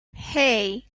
hey